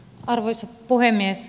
arvoisa puhemies